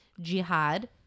Jihad